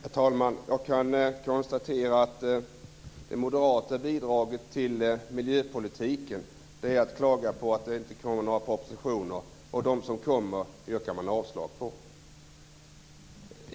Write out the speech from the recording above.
Herr talman! Jag kan konstatera att moderaternas bidrag till miljöpolitiken är att klaga på att det inte har kommit några propositioner, och de som har kommit har man yrkat avslag på.